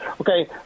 Okay